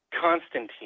Constantine